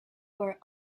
were